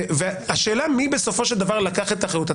והשאלה מי בסופו של דבר לקח את האחריות.